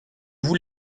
vous